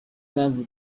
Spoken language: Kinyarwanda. mpamvu